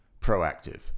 proactive